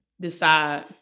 decide